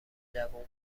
جوون